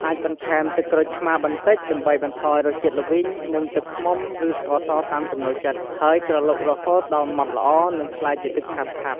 អាចបន្ថែមទឹកក្រូចឆ្មារបន្តិចដើម្បីបន្ថយរសជាតិល្វីង និងទឹកឃ្មុំ ឬស្ករតាមចំណូលចិត្ត ហើយក្រឡុករហូតដល់ម៉ត់ល្អ និងក្លាយជាទឹកខាប់ៗ។